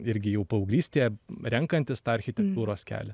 irgi jau paauglystėje renkantis tą architektūros kelią